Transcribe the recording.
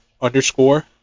underscore